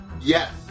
Yes